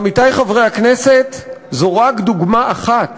עמיתי חברי הכנסת, זו רק דוגמה אחת